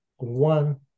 One